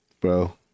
Bro